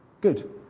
good